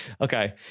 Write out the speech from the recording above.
Okay